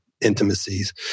intimacies